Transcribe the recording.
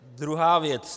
Druhá věc.